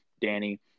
Danny